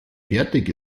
fertig